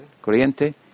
Corriente